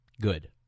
Good